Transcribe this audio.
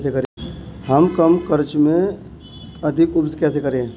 हम कम खर्च में अधिक उपज कैसे करें?